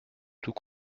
tout